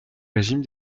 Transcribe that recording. régime